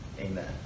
Amen